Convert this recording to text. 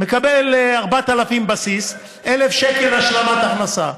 מקבל 4,000 שקל בסיס, ו-1,000 שקל השלמת הכנסה.